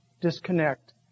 disconnect